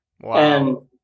Wow